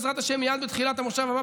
בעזרת השם מייד בתחילת המושב הבא,